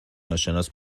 ناشناس